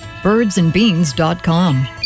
Birdsandbeans.com